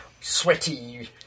sweaty